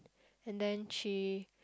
and then she